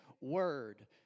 word